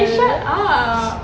shut up